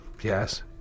yes